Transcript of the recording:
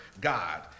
God